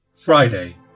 Friday